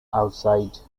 outside